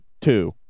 two